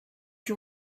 you